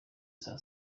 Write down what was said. saa